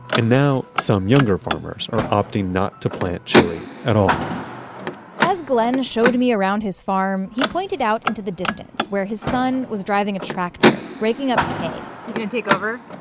and now, some younger farmers are opting not to plant chili at all as glen showed me around his farm, he pointed out into the distance, where his son was driving a tractor, raking up hay is he going to take over,